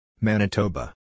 Manitoba